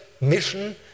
mission